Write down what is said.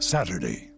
Saturday